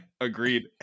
agreed